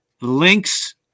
links